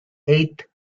eighth